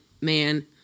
man